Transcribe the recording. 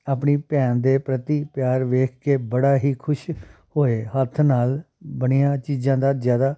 ਆਪਣੀ ਭੈਣ ਦੇ ਪ੍ਰਤੀ ਪਿਆਰ ਦੇਖ ਕੇ ਬੜਾ ਹੀ ਖੁਸ਼ ਹੋਏ ਹੱਥ ਨਾਲ ਬਣੀਆਂ ਚੀਜ਼ਾਂ ਦਾ ਜ਼ਿਆਦਾ